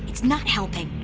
it's not helping!